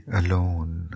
alone